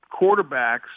quarterbacks